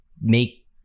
make